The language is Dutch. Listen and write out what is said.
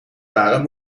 waren